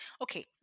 Okay